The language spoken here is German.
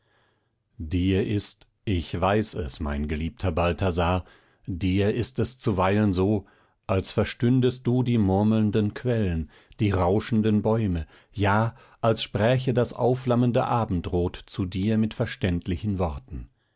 dir ist ich weiß es mein geliebter balthasar dir ist es zuweilen so als verstündest du die murmelnden quellen die rauschenden bäume ja als spräche das aufflammende abendrot zu dir mit verständlichen worten